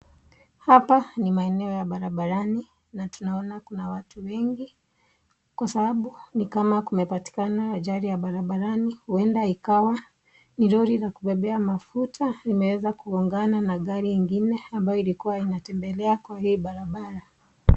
Hapa ni maeneo ya barabarani na tunaona kuna watu wengi kwa sababu ni kama kumepatikana ajali ya barabarani huenda ikawa gari ya kubebea mafuta imeweza kungongana na gari ingine ambayo ilikuwa imetembelea kwa hii babarabara.